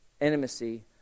intimacy